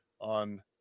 on